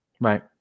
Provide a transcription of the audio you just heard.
right